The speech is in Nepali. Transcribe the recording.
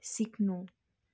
सिक्नु